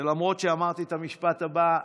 ולמרות שאמרתי את המשפט הבא,